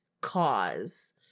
cause